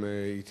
אם היא התייתרה,